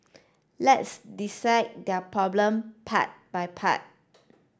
let's dissect their problem part by part